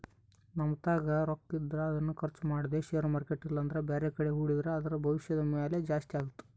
ನಮ್ಮತಾಕ ರೊಕ್ಕಿದ್ರ ಅದನ್ನು ಖರ್ಚು ಮಾಡದೆ ಷೇರು ಮಾರ್ಕೆಟ್ ಇಲ್ಲಂದ್ರ ಬ್ಯಾರೆಕಡೆ ಹೂಡಿದ್ರ ಅದರ ಭವಿಷ್ಯದ ಮೌಲ್ಯ ಜಾಸ್ತಿ ಆತ್ತು